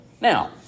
Now